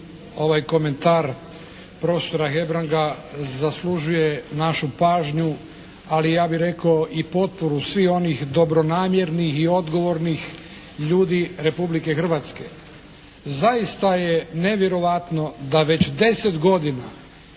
ovaj komentar profesora Hebranga zaslužuje našu pažnju, ali ja bih rekao i potporu svih onih dobronamjernih i odgovornih ljudi Republike Hrvatske. Zaista je nevjerovatno da već 10 godina